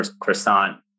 croissant